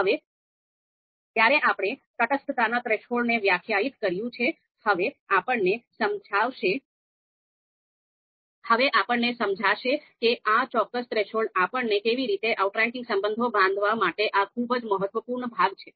હવે જ્યારે આપણે તટસ્થતાના થ્રેશોલ્ડને વ્યાખ્યાયિત કર્યું છે હવે આપણને સમજાશે કે આ ચોક્કસ થ્રેશોલ્ડ આપણે કેવી રીતે આઉટરેંકિંગ સંબંધો બાંધવા માટે આ ખૂબ જ મહત્વપૂર્ણ ભાગ છે